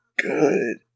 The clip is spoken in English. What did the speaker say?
good